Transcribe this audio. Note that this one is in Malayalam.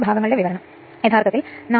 212 ആമ്പിയർ വരുന്നു